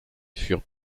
furent